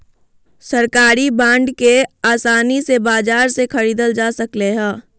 सरकारी बांड के आसानी से बाजार से ख़रीदल जा सकले हें